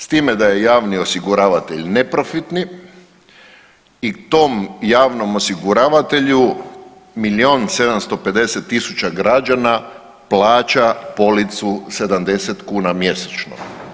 S time da je javni osiguravatelj neprofitni i tom javnom osiguravatelju milion i 750 tisuća građana plaća policu 70 kuna mjesečno.